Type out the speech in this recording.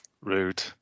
rude